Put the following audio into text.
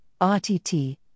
RTT